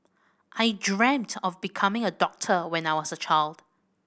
I dreamt of becoming a doctor when I was a child